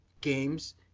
games